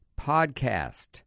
podcast